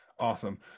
Awesome